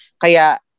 Kaya